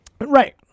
right